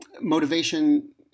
motivation